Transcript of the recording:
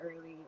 early